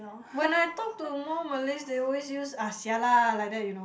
when I talk to more Malays they always use ah sia lah like that you know